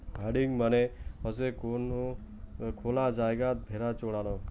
herding মানে হসে কোন খোলা জায়গাত ভেড়া চরানো